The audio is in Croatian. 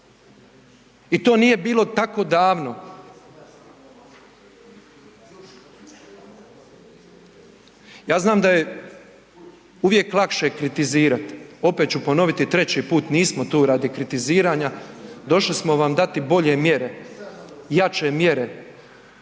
I to nije bilo tako davno. Ja znam da je uvijek lakše kritizirati, opet ću ponoviti treći put, nismo tu radi kritiziranja došli smo vam dati bolje mjere, jače mjere,